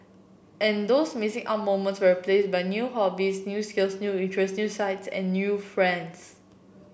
and those missing out moments were placed by new hobbies new skills new interests new sights and new friends